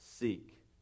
Seek